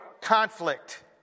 conflict